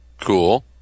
Cool